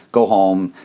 go home.